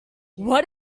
what